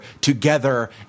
together